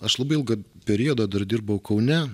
aš labai ilgą periodą dar dirbau kaune